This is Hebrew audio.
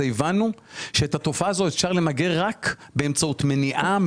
הבנו שאת התופעה הזו אפשר למגר רק באמצעות מניעה,